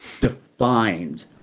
defined